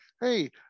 hey